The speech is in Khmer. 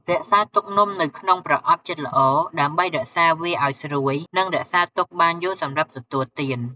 រក្សាទុកនំនៅក្នុងប្រអប់ជិតល្អ ដើម្បីរក្សាវាឱ្យស្រួយ និងរក្សាទុកបានយូរសម្រាប់ទទួលទាន។